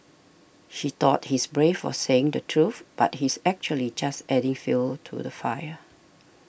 he thought he's brave for saying the truth but he's actually just adding fuel to the fire